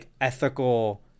ethical